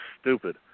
stupid